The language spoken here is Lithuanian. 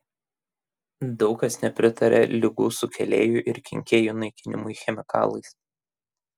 daug kas nepritaria ligų sukėlėjų ir kenkėjų naikinimui chemikalais